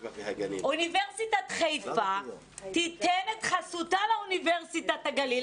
אוניברסיטת חיפה תיתן את חסותה לאוניברסיטה בגליל.